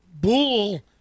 bull